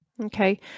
Okay